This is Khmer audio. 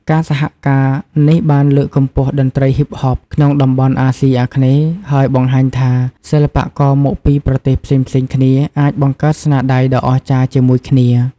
ការសហការនេះបានលើកកម្ពស់តន្ត្រី Hip-Hop ក្នុងតំបន់អាស៊ីអាគ្នេយ៍ ហើយបង្ហាញថា សិល្បករមកពីប្រទេសផ្សេងៗគ្នាអាចបង្កើតស្នាដៃដ៏អស្ចារ្យជាមួយគ្នា។